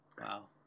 Wow